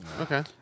Okay